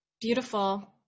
Beautiful